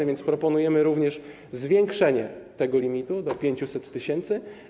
A więc proponujemy również zwiększenie tego limitu do 500 tys.